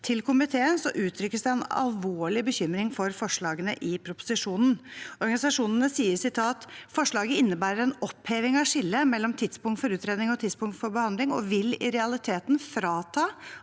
til komiteen uttrykkes det en alvorlig bekymring for forslagene i proposisjonen. Organisasjonene sier: «Forslaget innebærer en oppheving av skillet mellom tidspunkt for utredning og tidspunkt for behandling, og vil i realiteten frata